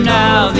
now